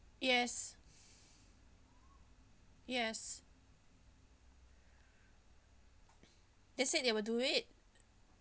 yes yes they said they will do it